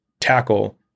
tackle